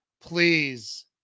please